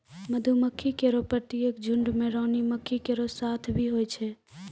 मधुमक्खी केरो प्रत्येक झुंड में रानी मक्खी केरो साथ भी होय छै